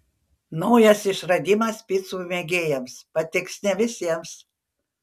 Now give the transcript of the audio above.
naujas išradimas picų mėgėjams patiks ne visiems